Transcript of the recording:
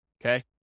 okay